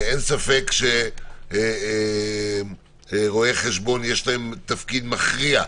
אין ספק שלרואי חשבון יש תפקיד מכריע,